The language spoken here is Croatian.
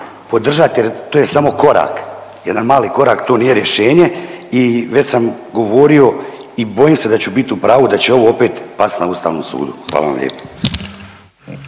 jer to je samo korak, jedan mali korak to nije rješenje. I već sam govorio i bojim se da ću biti u pravu, da će ovo opet pasti na Ustavnom sudu. Hvala vam lijepa.